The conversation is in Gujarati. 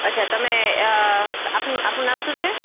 અચ્છા તમે આપણું આપણું નામ શું છે